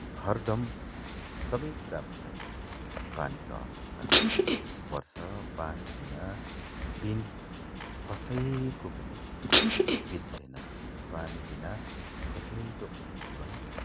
हरदम सबै कुरामा चाहिँ पानीको आवश्यकता पर्छ पानीबिना दिन कसैको पनि बित्दैन पानीबिना कसैको पनि जीवन